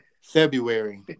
February